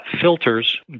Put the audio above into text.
filters